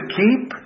keep